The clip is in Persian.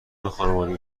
خانوادگی